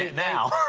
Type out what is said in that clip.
now.